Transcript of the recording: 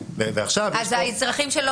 ועכשיו יש פה --- אז האזרחים שלא